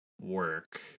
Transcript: work